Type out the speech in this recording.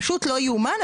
פשוט לא יאומן,